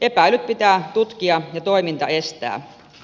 epäilyt pitää tutkia ja toiminta estää